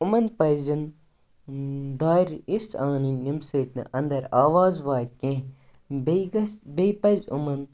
یِمَن پَزٮ۪ن دارِ اِژھ اَنٕنۍ ییٚمہِ سۭتۍ نہٕ اَندَر آواز واتہِ کینٛہہ بیٚیہِ گَژھِ بیٚیہِ پَزِ یِمَن